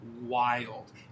wild